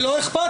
זה לא אכפת לו.